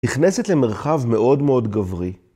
‫נכנסת למרחב מאוד מאוד גברי.